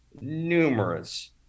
numerous